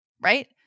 Right